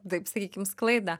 taip sakykim sklaidą